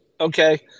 okay –